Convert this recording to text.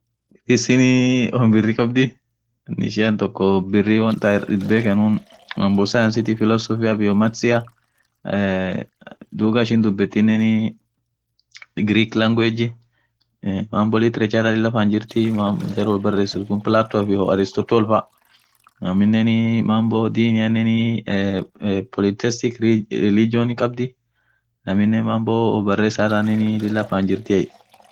Greasinii won birri khabdhi won ishian toko thaa itbekhenuni mambo science philosophy maths eee lugha ishin dhubethinen greek language mambo literature lila fann jirthi jar wobarresuf khun Plato faa iyo alestortor faa aminen mambo dininen politestic region khabdhii aminen mambo woo baresathan lila fan jirthiye